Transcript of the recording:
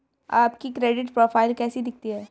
आपकी credit profile कैसी दिखती है?